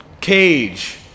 Cage